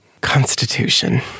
Constitution